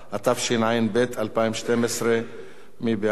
התשע"ב 2012. מי בעד?